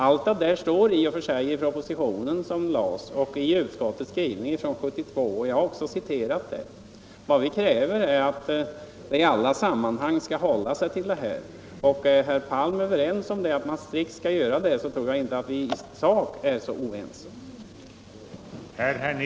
Allt detta står i och för sig i propositionen och i utskottets skrivning från 1972, och jag har också citerat det. Vad vi kräver är att man i alla sammanhang skall hålla sig till detta. Är herr Palm överens med mig om att man skall strikt skall göra det, så tror jag inte att vi i sak är så oense.